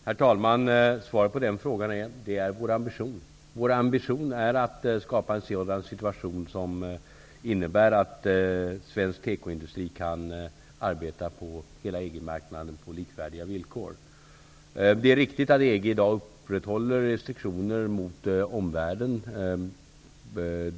Herr talman! Svaret på den frågan är att det är vår ambition. Det är vår ambition att skapa en sådan situation som innebär att svensk tekoindustri kan arbeta på hela EG-marknaden på likvärdiga villkor. Det är riktigt att EG upprätthåller restriktioner mot omvärlden.